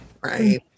right